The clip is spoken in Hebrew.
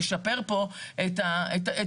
אנחנו נשפר פה את החוק,